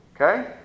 Okay